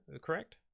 correct